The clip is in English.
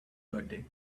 birthday